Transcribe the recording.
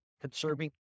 Conserving